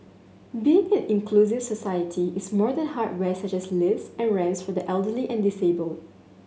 being an inclusive society is more than hardware such as lifts and ramps for the elderly and disabled